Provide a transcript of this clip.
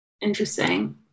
interesting